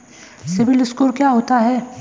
CIBIL score क्या होता है?